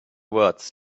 words